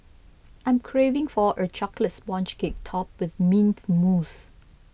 I am craving for a Chocolate Sponge Cake Topped with Mint Mousse